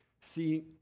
See